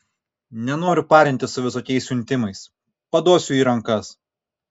nenoriu parintis su visokiais siuntimais paduosiu į rankas